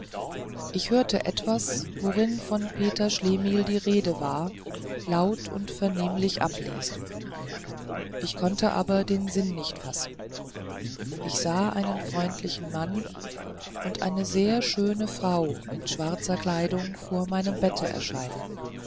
ich hörte etwas worin von peter schlemihl die rede war laut und vernehmlich ablesen ich konnte aber den sinn nicht fassen ich sah einen freundlichen mann und eine sehr schöne frau in schwarzer kleidung vor meinem bette erscheinen